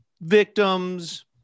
victims